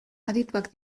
adituak